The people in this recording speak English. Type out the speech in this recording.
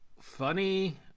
funny